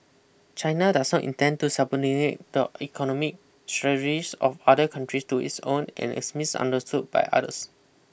China does not intend to the economic strategies of other countries to its own and is misunderstood by others